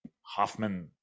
Hoffman